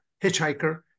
hitchhiker